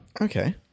Okay